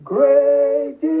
Great